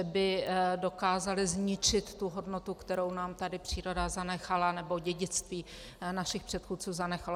Že by dokázali zničit tu hodnotu, kterou nám tady příroda zanechala, nebo dědictví našich předchůdců zanechalo.